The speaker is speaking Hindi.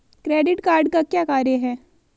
क्रेडिट कार्ड का क्या कार्य है?